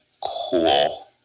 Cool